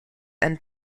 and